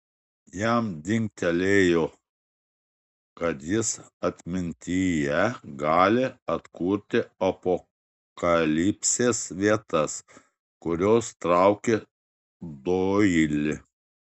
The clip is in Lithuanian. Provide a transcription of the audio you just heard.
jam dingtelėjo kad jis atmintyje gali atkurti apokalipsės vietas kurios traukė doilį